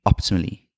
optimally